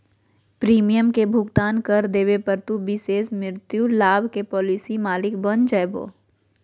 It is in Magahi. प्रीमियम के भुगतान कर देवे पर, तू विशेष मृत्यु लाभ के पॉलिसी मालिक बन जैभो